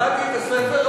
קראתי את הספר,